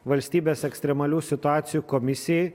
valstybės ekstremalių situacijų komisijai